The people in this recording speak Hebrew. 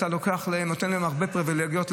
נותן להם הרבה פריווילגיות,